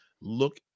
look